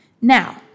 Now